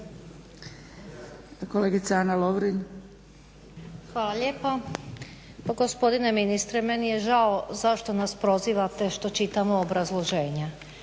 **Lovrin, Ana (HDZ)** Hvala lijepa. Pa gospodine ministre meni je žao zašto nas prozivate što čitamo obrazloženja.